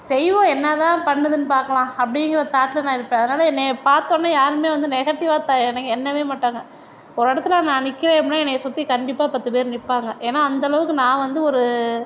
செய்வோம் என்னாதான் பண்ணுதுனு பார்க்கலாம் அப்படிங்கிற தாட்டில் நான் இருப்பேன் அதனால் என்னை பாத்தவொடனே யாரும் வந்து நெகட்டிவாக எண்ண மாட்டாங்க ஒரு இடத்துல நான் நிற்கிறேன் அப்படினா என்னை சுற்றி கண்டிப்பாக பத்து பேர் நிற்பாங்க ஏன்னா அந்தளவுக்கு நான் வந்து ஒரு